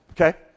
okay